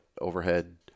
overhead